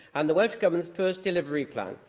and the welsh government's first delivery plan.